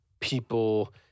people